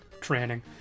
training